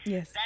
Yes